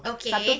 okay